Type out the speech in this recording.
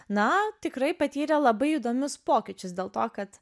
na tikrai patyrė labai įdomius pokyčius dėl to kad